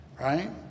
right